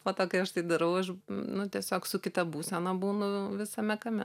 po to kai aš tai darau aš nu tiesiog su kita būsena būnu visame kame